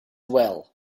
well